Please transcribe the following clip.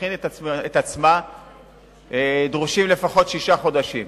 ותכין את עצמה דרושים לפחות שישה חודשים.